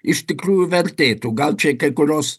iš tikrųjų vertėtų gal čia kai kurios